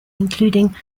including